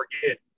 forget